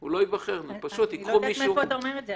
אני לא יודעת למה אתה אומר את זה.